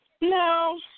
No